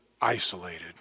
isolated